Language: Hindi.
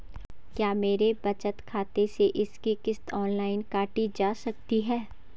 क्या मेरे बचत खाते से इसकी किश्त ऑनलाइन काटी जा सकती है?